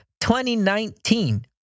2019